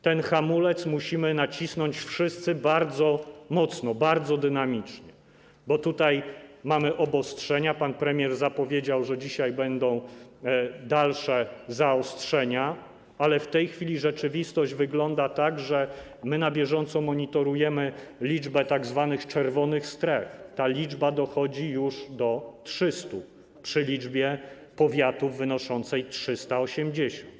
Ten hamulec musimy nacisnąć wszyscy bardzo mocno, bardzo dynamicznie, bo tutaj mamy obostrzenia, pan premier zapowiedział, że dzisiaj będą dalsze zaostrzenia, ale w tej chwili rzeczywistość wygląda tak, że my na bieżąco monitorujemy liczbę tzw. czerwonych stref, ta liczba dochodzi już do 300 przy liczbie powiatów wynoszącej 380.